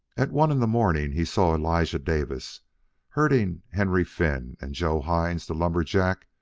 at one in the morning he saw elijah davis herding henry finn and joe hines, the lumber-jack,